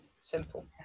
Simple